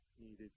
needed